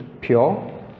pure